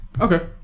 Okay